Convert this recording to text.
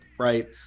Right